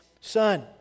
Son